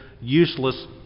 useless